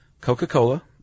Coca-Cola